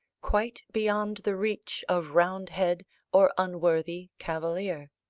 quite beyond the reach of roundhead or unworthy cavalier.